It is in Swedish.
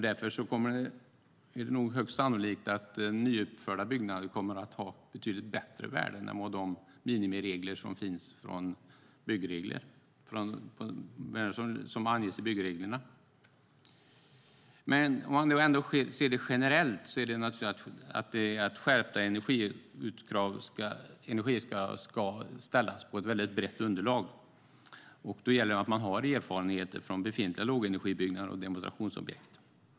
Därför kommer högst sannolikt nyuppförda byggnader att ha betydligt bättre värden än de minimikrav som anges i byggreglerna. Om man ser det generellt ska skärpta energikrav utformas utifrån ett brett underlag. Då gäller det att man har erfarenheter från befintliga lågenergibyggnader och demonstrationsobjekt.